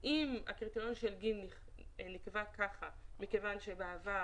הקריטריון של הגיל נקבע כך מכיוון שבעבר